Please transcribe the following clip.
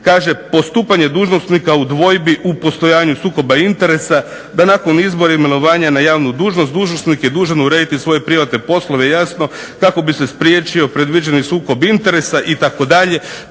kaže: "Postupanje dužnosnika u dvojbi u postojanju sukoba interesa da nakon izbora imenovanja na javnu dužnost, dužnosnik je uredu urediti svoje privatne poslove kako bi se spriječio predviđeni sukob interesa" itd.